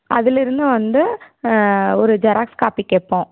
அதிலிருந்து வந்து ஒரு ஜெராக்ஸ் காப்பி கேட்போம்